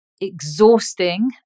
exhausting